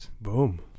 boom